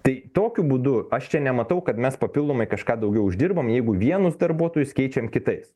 tai tokiu būdu aš čia nematau kad mes papildomai kažką daugiau uždirbam jeigu vienus darbuotojus keičiam kitais